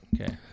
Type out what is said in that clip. Okay